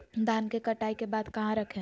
धान के कटाई के बाद कहा रखें?